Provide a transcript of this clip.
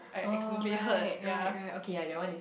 oh right right right okay ya that one is